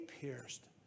pierced